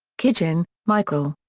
kogin, michael.